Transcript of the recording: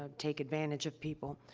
um take advantage of people.